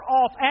off